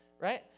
right